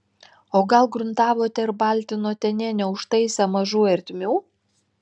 o gal gruntavote ir baltinote nė neužtaisę mažų ertmių